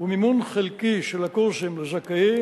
ומימון חלקי של הקורסים לזכאים,